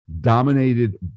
dominated